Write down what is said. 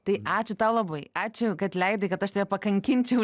tai ačiū tau labai ačiū kad leidai kad aš tave pakankinčiau